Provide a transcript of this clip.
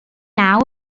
naw